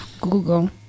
Google